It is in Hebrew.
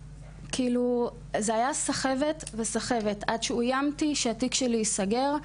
זו הייתה סחבת וסחבת עד שאויימתי שהתיק שלי ייסגר,